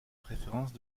préférences